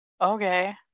okay